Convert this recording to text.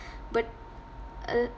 but uh